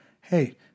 hey